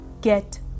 get